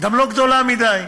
גם לא גדולה מדי,